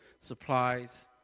supplies